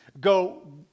go